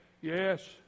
Yes